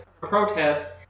protest